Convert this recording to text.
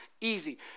easy